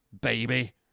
baby